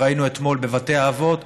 שראינו אתמול בבתי האבות,